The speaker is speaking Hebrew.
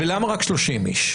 ולמה רק 30 איש?